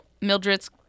Mildred's